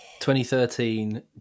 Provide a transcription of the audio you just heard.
2013